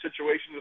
situations